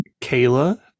Kayla